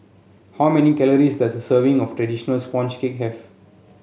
how many calories does a serving of traditional sponge cake have